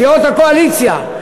סיעות הקואליציה,